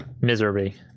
Misery